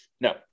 no